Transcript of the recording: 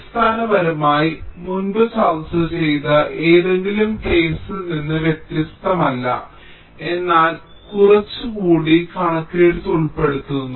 അടിസ്ഥാനപരമായി ഞങ്ങൾ മുമ്പ് ചർച്ച ചെയ്ത ഏതെങ്കിലും കേസിൽ നിന്ന് വ്യത്യസ്തമല്ല എന്നാൽ കുറച്ചുകൂടി കണക്കെഴുത്ത് ഉൾപ്പെടുന്നു